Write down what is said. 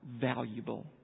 valuable